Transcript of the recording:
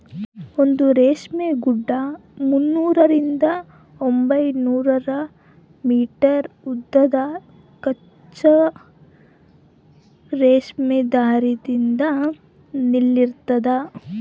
ಒಂದು ರೇಷ್ಮೆ ಗೂಡು ಮುನ್ನೂರರಿಂದ ಒಂಬೈನೂರು ಮೀಟರ್ ಉದ್ದದ ಕಚ್ಚಾ ರೇಷ್ಮೆ ದಾರದಿಂದ ನೂಲಿರ್ತದ